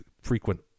frequent